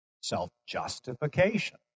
self-justification